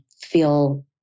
feel